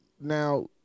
now